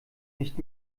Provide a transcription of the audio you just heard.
nicht